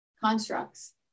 constructs